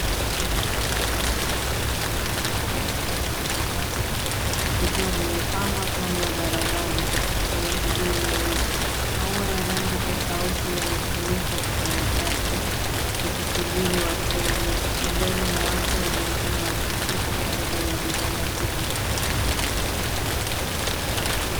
Vibanda vingi vya maua na mimea mbalimbali vikiwa vimepangwa kando ya barabara yenye shughuli nyingi. Maua ya rangi tofauti yamefunikwa kwa karatasi yakisubiri wateja. Magari na watu wanaonekana wakipita karibu na viwanda hivyo.